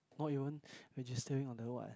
not even registering on the what